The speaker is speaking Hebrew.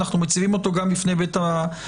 אנחנו מציבים אותו גם בפני בית המשפט.